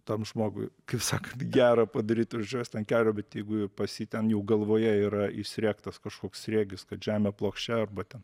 tam žmogui kaip sakant gera padaryt užvest ant kelio bet jeigu pas jį ten jau galvoje yra įsriegtas kažkoks sriegis kad žemė plokščia arba ten